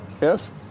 Yes